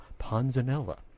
panzanella